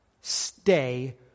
stay